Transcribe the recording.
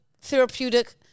therapeutic